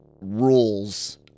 rules